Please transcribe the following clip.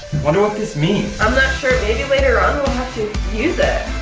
wonder what this means. i'm not sure maybe later on we'll have to use it.